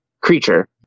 creature